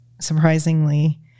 surprisingly